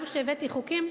גם כשהבאתי חוקים,